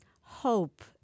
hope